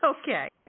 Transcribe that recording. Okay